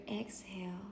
exhale